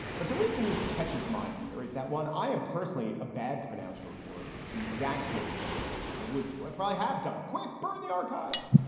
but the reason this catches my ear is that one, i am personally a bad pronounce war of words, the exact sort of thing i would do. i probably have done a quick burn the archives,